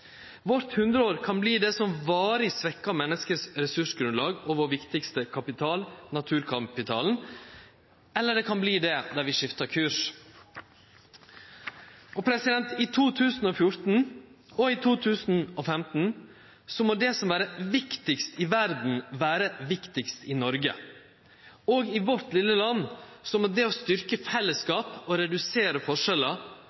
Vårt hundreår kan verte det som varig svekkjer mennesket sitt ressursgrunnlag og vår viktigaste kapital – naturkapitalen – eller det kan verte det der vi skiftar kurs. I 2014 og i 2015 må det som er viktigast i verda, vere viktigast i Noreg, og i vårt vesle land må det å